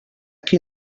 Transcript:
qui